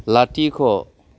लाथिख'